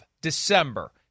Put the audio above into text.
December